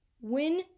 win